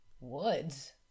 Woods